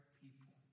people